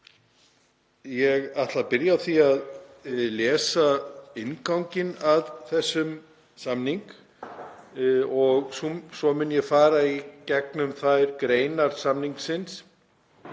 Ég ætla að byrja á því að lesa innganginn að þeim samningi og svo mun ég fara í gegnum þær greinar samningsins